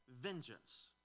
vengeance